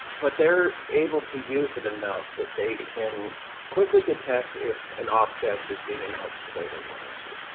but they're able to use it enough that they can quickly detect if an object is being announced the way they want it to.